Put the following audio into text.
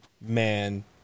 man